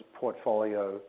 portfolio